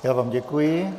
Já vám děkuji.